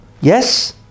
Yes